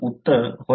उत्तर आहे होय